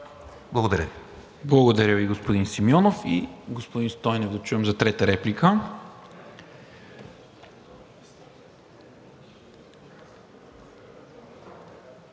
МИНЧЕВ: Благодаря Ви, господин Симеонов. И господин Стойнев да чуем за трета реплика.